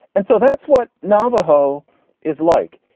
and so that's what navajo is like.